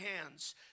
hands